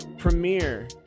Premiere